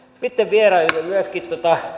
sitten vierailimme myöskin